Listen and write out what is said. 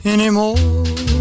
Anymore